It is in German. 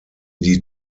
die